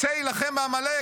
צא הילחם בעמלק.